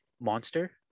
Monster